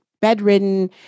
bedridden